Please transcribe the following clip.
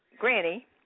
Granny